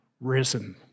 risen